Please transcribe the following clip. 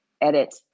edit